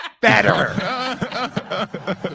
Better